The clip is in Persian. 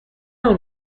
اون